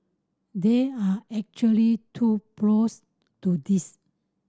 there are actually two pros to this